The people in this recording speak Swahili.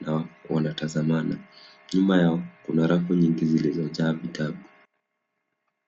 na wanatazamana. Nyuma yao kuna rafu nyingi zilizojaa vitabu.